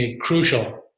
crucial